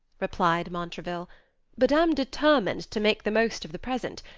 replied montraville but am determined to make the most of the present,